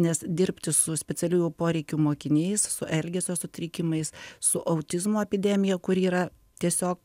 nes dirbti su specialiųjų poreikių mokiniais su elgesio sutrikimais su autizmo epidemija kuri yra tiesiog